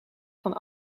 van